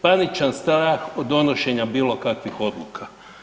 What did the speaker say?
Paničan strah od donošenja bilo kakvih odluka.